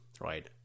right